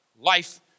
life